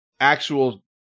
Actual